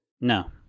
No